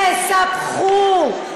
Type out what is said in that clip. תספחו,